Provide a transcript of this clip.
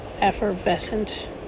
effervescent